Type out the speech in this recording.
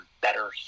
better